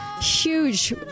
huge